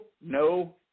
no